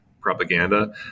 propaganda